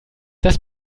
das